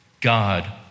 God